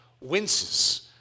winces